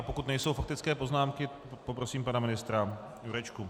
Pokud nejsou faktické poznámky, poprosím pana ministra Jurečku.